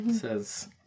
says